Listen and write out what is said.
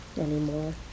anymore